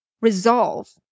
Resolve